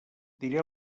diré